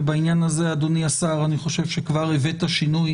ובעניין הזה, אדוני השר, אני חושב שכבר הבאת שינוי